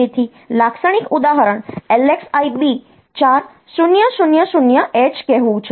તેથી લાક્ષણિક ઉદાહરણ LXI B 4000h કહેવું છે